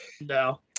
no